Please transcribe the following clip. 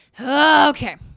Okay